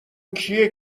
کیه